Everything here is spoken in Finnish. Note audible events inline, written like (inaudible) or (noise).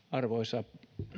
(unintelligible) arvoisa